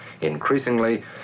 Increasingly